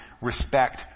respect